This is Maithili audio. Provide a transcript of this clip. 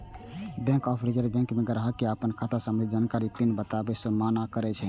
बैंक आ रिजर्व बैंक तें ग्राहक कें अपन खाता संबंधी जानकारी, पिन बताबै सं मना करै छै